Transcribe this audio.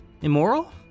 Immoral